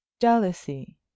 jealousy